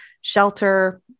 shelter